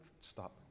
stop